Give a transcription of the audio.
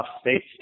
states